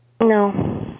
no